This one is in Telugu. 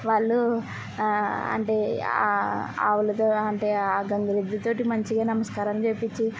వాళ్ళు అంటే ఆవులతో అంటే ఆ గంగిరెద్దుతోటి మంచిగా నమస్కారం చేయించి